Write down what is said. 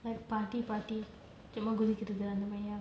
like party party சும்மா குதிக்கிறது அந்த மாரியா:summa kuthikkirathu antha maariyaa